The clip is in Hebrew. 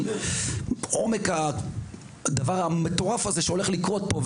על עומק הטירוף שעומד לקרות פה,